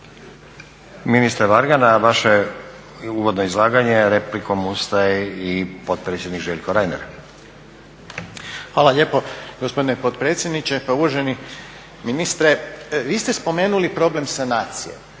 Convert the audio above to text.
Ministar Varga na vaše uvodno izlaganje replikom ustaje i potpredsjednik Željko Reiner. **Reiner, Željko (HDZ)** Hvala lijepo gospodine potpredsjedniče. Pa uvaženi ministre vi ste spomenuli problem sanacije,